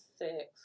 six